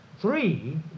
Three